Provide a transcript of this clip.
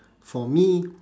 for me